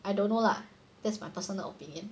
I don't know lah that's my personal opinion